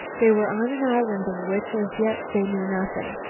they were on an island of which as yet they knew nothing.